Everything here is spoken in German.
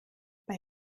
bei